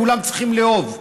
כולם צריכים לאהוב.